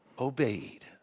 obeyed